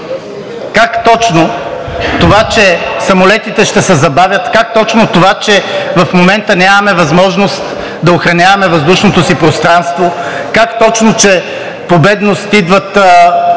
Как точно това, че самолетите ще се забавят, как точно това, че в момента нямаме възможност да охраняваме въздушното си пространство, как точно, че по бедност идват